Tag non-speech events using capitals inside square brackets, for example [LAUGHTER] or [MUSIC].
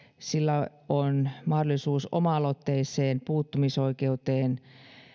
sillä on [UNINTELLIGIBLE] mahdollisuus oma aloitteiseen puuttumisoikeuteen [UNINTELLIGIBLE]